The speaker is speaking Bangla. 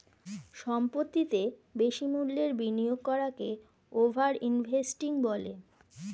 সম্পত্তিতে বেশি মূল্যের বিনিয়োগ করাকে ওভার ইনভেস্টিং বলে